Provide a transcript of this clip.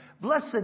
Blessed